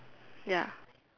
ya